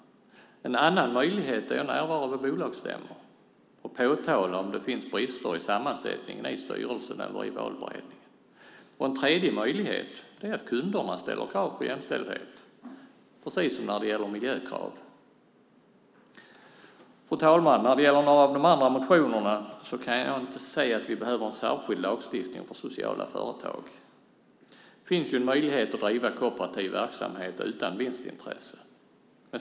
En annan möjlighet är att närvara vid bolagsstämmor och påtala om det finns brister i sammansättningen i styrelsen eller i valberedningen. En tredje möjlighet är att kunderna ställer krav på jämställdhet precis som när det gäller miljökrav. Fru talman! När det gäller några av de andra motionerna kan jag inte se att vi behöver en särskild lagstiftning för sociala företag. Det finns ju möjlighet att driva kooperativ verksamhet utan vinstintresse.